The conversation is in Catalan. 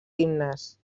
himnes